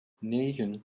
negen